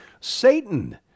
Satan